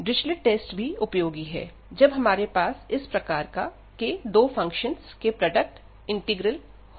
Dirichlet test भी उपयोगी है जब हमारे पास इस प्रकार का दो फंक्शन के प्रोडक्ट इंटीग्रल हो